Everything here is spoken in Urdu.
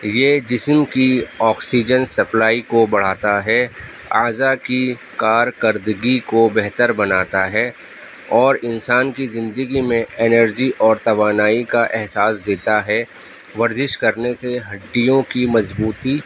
یہ جسم کی آکسیجن سپلائی کو بڑھاتا ہے اعضاء کی کارکردگی کو بہتر بناتا ہے اور انسان کی زندگی میں انرجی اور توانائی کا احساس دیتا ہے ورزش کرنے سے ہڈیوں کی مضبوطی